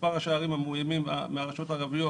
מספר ראשי הערים המאוימים ברשויות הערביות